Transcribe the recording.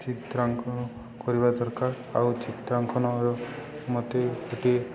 ଚିତ୍ରାଙ୍କନ କରିବା ଦରକାର ଆଉ ଚିତ୍ରାଙ୍କନର ମୋତେ ଗୋଟିଏ